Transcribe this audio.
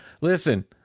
Listen